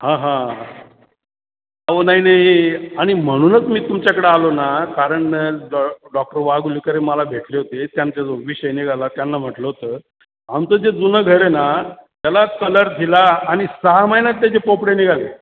हां हां हां अहो नाही नाही आहे आणि म्हणूनच मी तुमच्याकडं आलो ना कारण डॉ डॉक्टर वागुलीकरही मला भेटले होते त्यांचा जो विषय निघाला त्यांना म्हटलं होतं आमचं जे जुनं घर आहे ना त्याला कलर दिला आणि सहा महिन्यांत त्याचे पोपडे निघाले